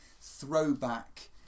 throwback